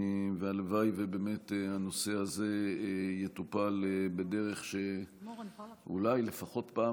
הלוואי שהנושא הזה יטופל בדרך שאולי לפחות פעם